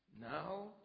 Now